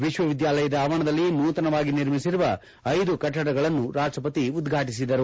ವಿಶ್ವವಿದ್ಯಾಲಯದ ಆವರಣದಲ್ಲಿ ನೂತನವಾಗಿ ನಿರ್ಮಿಸಿರುವ ಐದು ಕಟ್ಟಡಗಳನ್ನು ರಾಷ್ಟಪತಿ ಉದ್ವಾಟಿಸಿದರು